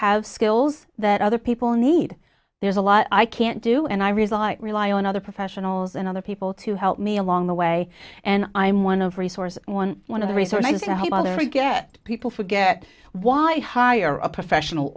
have skills that other people need there's a lot i can't do and i realize rely on other professionals and other people to help me along the way and i'm one of resource one one of the resources to get people forget why hire a professional